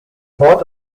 port